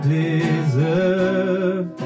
deserve